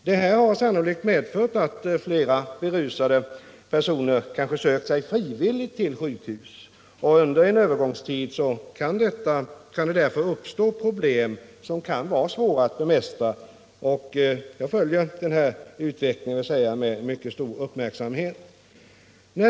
Detta har sannolikt medfört att fler berusade personer frivilligt sökt sig till sjukhusen, och under en övergångstid kan det därför uppstå problem som kan vara svåra att bemästra. Jag följer utvecklingen med mycket stor uppmärksamhet.